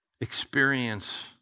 experience